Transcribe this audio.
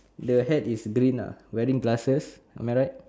the hat is green lah wearing glasses am I right